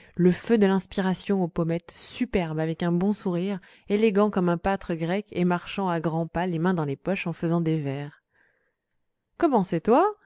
le feu de l'inspiration aux pommettes superbe avec un bon sourire élégant comme un pâtre grec et marchant à grands pas les mains dans ses poches en faisant des vers comment c'est toi